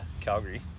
Calgary